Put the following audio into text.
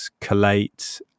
collate